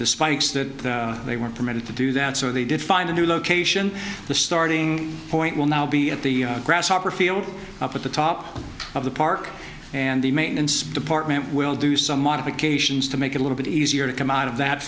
the spikes that they weren't permitted to do that so they did find a new location the starting point will now be at the grasshopper field up at the top of the park and the maintenance department will do some modifications to make a little bit easier to come out of that